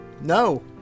No